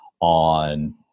on